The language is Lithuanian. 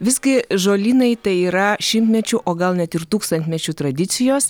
visgi žolynai tai yra šimtmečių o gal net ir tūkstantmečių tradicijos